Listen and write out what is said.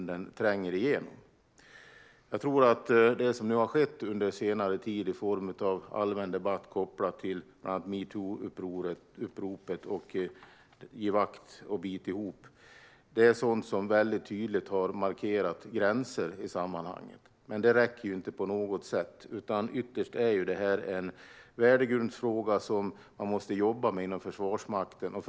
Det som nu har skett under senare tid i form av allmän debatt kopplad till bland annat metoo-uppropet och givaktochbitihop är sådant som tydligt har markerat gränser i sammanhanget. Men det räcker inte på något sätt. Ytterst är detta en värdegrundsfråga som man inom Försvarsmakten måste jobba med.